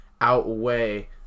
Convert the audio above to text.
Outweigh